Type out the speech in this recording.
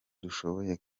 dushoboye